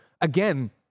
again